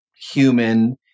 human